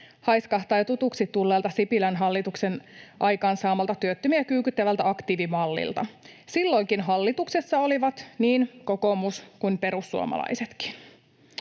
Haiskahtaa jo tutuksi tulleelta Sipilän hallituksen aikaansaamalta, työttömiä kyykyttävältä aktiivimallilta. Silloinkin hallituksessa olivat niin kokoomus kuin perussuomalaisetkin.